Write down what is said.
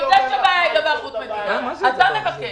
הוא יודע שהבעיה היא לא ערבות מדינה, אתה מבקש.